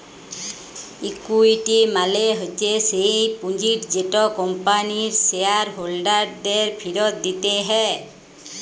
equity মালে হচ্যে স্যেই পুঁজিট যেট কম্পানির শেয়ার হোল্ডারদের ফিরত দিতে হ্যয়